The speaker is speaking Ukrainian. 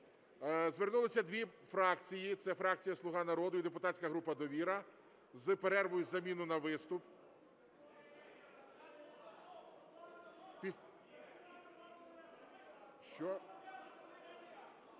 Звернулися дві фракції - це фракція "Слуга народу" і депутатська група "Довіра" - з перервою із заміною на виступ.